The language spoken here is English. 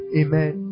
amen